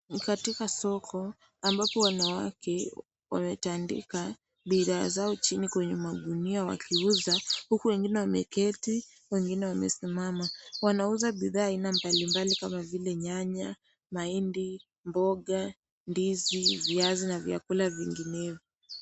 Ni katika soko ambapo wanawake wametandika bidhaa zao chini kwenye magunia wakiuza, huku wengine wameketi wengine wamesimama, wanauza bidhaa aina mbalimbali kama vile nyanya, mahindi, mboga, ndizi, viazi na vyakula vinginevyo.